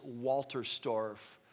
Walterstorff